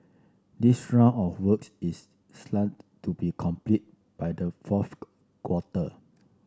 this round of works is slated to be completed by the fourth quarter